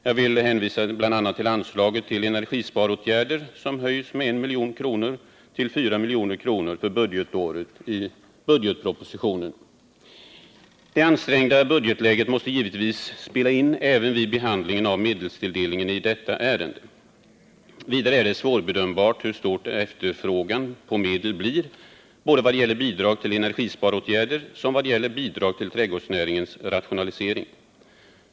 Jag vill hänvisa bl.a. till anslaget till energisparåtgärder, som i budgetpropositionen höjts med 1 milj.kr. till 4 milj.kr. för budgetåret 1979/80. Det ansträngda budgetläget måste givetvis spela in även vid behandlingen av medelstilldelningen i detta ärende. Vidare är det svårbedömt hur stor efterfrågan på medel blir både vad gäller bidrag till energisparåtgärder och vad gäller bidrag till trädgårdsnäringens rationalisering.